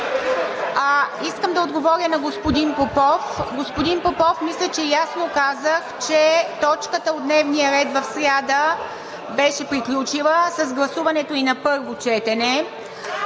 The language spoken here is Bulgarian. Искам да отговоря на господин Попов. Господин Попов, мисля, че ясно казах, че точката от дневния ред в сряда беше приключила с гласуването ѝ на първо четене.